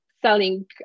selling